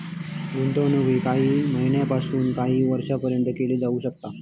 गुंतवणूक ही काही महिन्यापासून काही वर्षापर्यंत केली जाऊ शकता